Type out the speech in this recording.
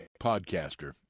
podcaster